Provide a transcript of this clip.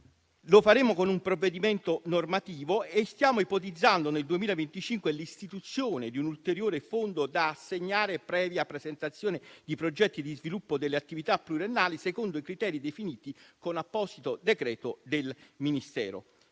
Lo faremo con un provvedimento normativo e stiamo ipotizzando per il 2025 l'istituzione di un ulteriore fondo da assegnare previa presentazione di progetti di sviluppo delle attività pluriennali, secondo i criteri definiti con apposito decreto del Ministero.